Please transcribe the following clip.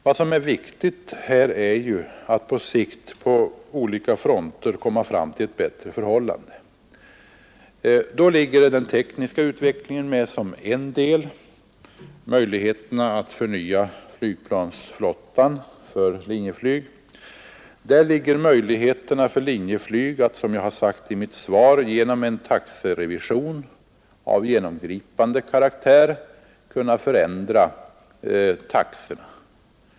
Vad som är viktigt här är ju att på sikt på olika fronter komma fram till ett bättre förhållande. Den tekniska utvecklingen är en komponent. Möjligheten att förnya flygplansflottan för Linjeflyg är en annan, och vidare har vi Linjeflygs möjligheter att, som jag har sagt i mitt svar, genom en taxerevision av genomgripande karaktär förändra taxorna.